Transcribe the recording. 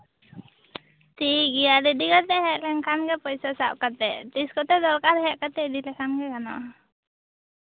ᱴᱷᱤᱠ ᱜᱮᱭᱟ ᱨᱮᱰᱤ ᱠᱟᱛᱮᱫ ᱦᱮᱡ ᱞᱮᱱᱠᱷᱟᱱ ᱜᱮ ᱯᱚᱭᱥᱟ ᱥᱟᱵ ᱠᱟᱛᱮᱫ ᱛᱤᱥ ᱠᱚᱛᱮ ᱫᱚᱨᱠᱟᱨ ᱠᱟᱛᱮᱫ ᱤᱫᱤ ᱞᱮᱠᱷᱟᱱ ᱜᱮ ᱜᱟᱱᱚᱜᱼᱟ